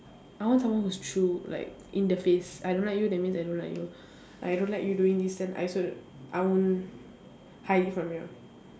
I want someone who is true like in the face I don't like you that means I don't like you I don't like you doing this then I also I won't hide it from you